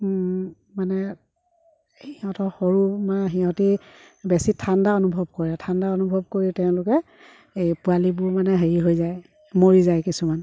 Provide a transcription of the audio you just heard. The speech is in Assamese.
মানে সিহঁতৰ সৰু মানে সিহঁতি বেছি ঠাণ্ডা অনুভৱ কৰে ঠাণ্ডা অনুভৱ কৰি তেওঁলোকে এই পোৱালিবোৰ মানে হেৰি হৈ যায় মৰি যায় কিছুমান